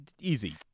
easy